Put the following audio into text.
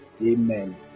Amen